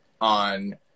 on